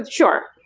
ah sure,